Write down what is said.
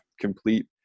complete